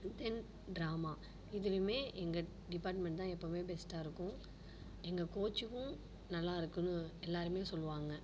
தென் drama இதிலியுமே எங்கள் department தான் எப்போதுமே பெஸ்ட்டாக இருக்கும் எங்கள் கோச்சுக்கும் நல்லா இருக்குதுன்னு எல்லாேருமே சொல்லுவாங்க